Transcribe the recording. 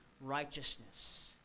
righteousness